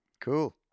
Cool